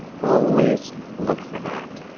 always look for that.